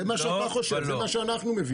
זה מה שאתה חושב וזה מה שאנחנו מבינים.